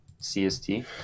CST